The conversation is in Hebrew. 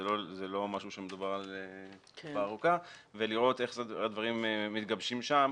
לא מדובר בתקופה ארוכה ולראות איך הדברים מתגבשים שם